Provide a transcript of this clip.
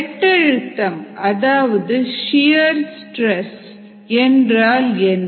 வெட்டழுத்தம் அதாவது shear stress என்றால் என்ன